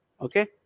Okay